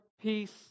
peace